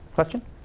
Question